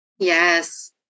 yes